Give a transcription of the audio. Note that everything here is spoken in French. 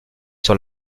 sur